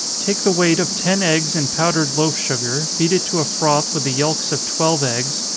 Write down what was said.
take the weight of ten eggs in powdered loaf sugar, beat it to a froth with the yelks of twelve eggs,